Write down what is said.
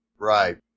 Right